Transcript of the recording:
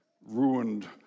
ruined